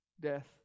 death